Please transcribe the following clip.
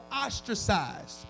ostracized